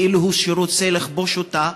כאילו שהוא רוצה לכבוש אותה.